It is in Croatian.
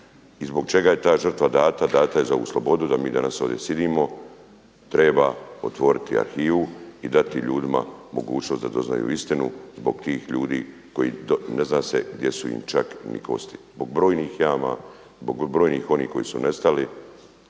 i zbog čega je ta žrtva dana, dana je za ovu slobodu da mi danas ovdje sjedimo, treba otvoriti arhivu i dati ljudima mogućnost da doznaju istinu zbog tih ljudi ne zna se gdje su im čak ni kosti, zbog brojnih jama, zbog brojnih onih koji su nestali